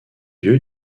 lieu